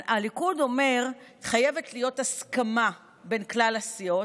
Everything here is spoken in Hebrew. הליכוד אומר: חייבת להיות הסכמה בין כלל הסיעות.